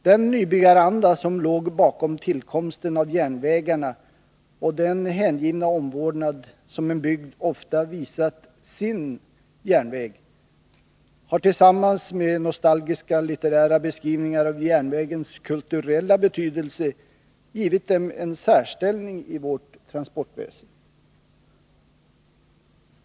Den nybyggaranda som låg bakom tillkomsten av järnvägarna och den hängivna omvårdnad som en bygd ofta visat ”sin” järnväg, har tillsammans med nostalgiska litterära beskrivningar av järnvägarnas kulturella betydelse givit dem en särställning i vårt transportväsen.